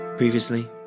Previously